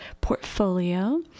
portfolio